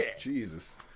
Jesus